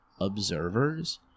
observers